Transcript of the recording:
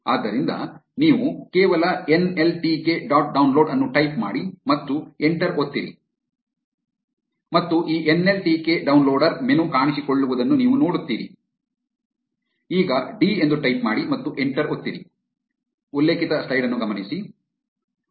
ಆದ್ದರಿಂದ ನೀವು ಕೇವಲ N L T K dot download ಅನ್ನು ಟೈಪ್ ಮಾಡಿ ಮತ್ತು ಎಂಟರ್ ಒತ್ತಿರಿ ಮತ್ತು ಈ N L T K downloader menu ಕಾಣಿಸಿಕೊಳ್ಳುವುದನ್ನು ನೀವು ನೋಡುತ್ತೀರಿ ಈಗ ಡಿ ಎಂದು ಟೈಪ್ ಮಾಡಿ ಮತ್ತು ಎಂಟರ್ ಒತ್ತಿರಿ